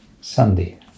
Sunday